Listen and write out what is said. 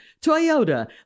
Toyota